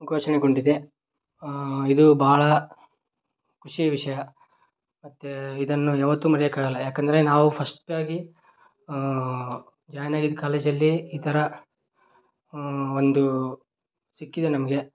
ಘೋಷಣೆಗೊಂಡಿದೆ ಇದು ಭಾಳ ಖುಷಿ ವಿಷಯ ಮತ್ತೆ ಇದನ್ನು ಯಾವತ್ತು ಮರೆಯೋಕ್ಕಾಗಲ್ಲ ಯಾಕೆಂದ್ರೆ ನಾವು ಫಸ್ಟಾಗಿ ಜಾಯ್ನ್ ಆಗಿದ್ದ ಕಾಲೇಜಲ್ಲಿ ಈ ಥರ ಒಂದು ಸಿಕ್ಕಿದೆ ನಮಗೆ